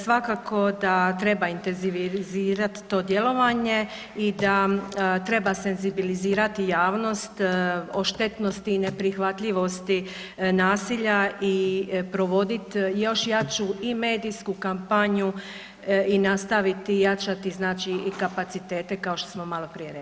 Svakako da treba intenzivirati to djelovanje i da treba senzibilizirati javnost o štetnosti i neprihvatljivosti nasilja i provoditi još jaču i medijsku kampanju i nastaviti jačati znači i kapacitete kao što smo malo prije rekli.